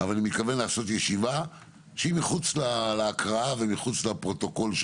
אבל אני מתכוון לעשות ישיבה שהיא מחוץ להקראה ומחוץ לפרוטוקול,